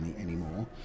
anymore